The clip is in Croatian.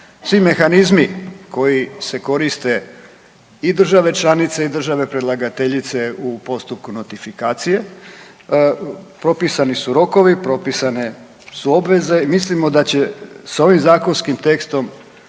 svi mehanizmi koji se koriste i države članice i države predlagateljice u postupu notifikacije. Propisani su rokovi, propisane su obveze. I mislimo da će s ovim zakonskim tekstom